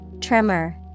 Tremor